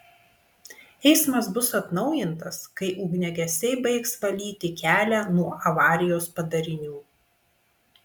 eismas bus atnaujintas kai ugniagesiai baigs valyti kelią nuo avarijos padarinių